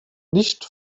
nicht